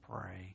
pray